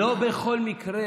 לא בכל מקרה